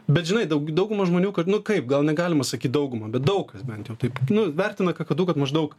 bet žinai daug dauguma žmonių kad nu kaip gal galima sakyt dauguma bet daug kas bent jau taip nu vertina kakadu kad maždaug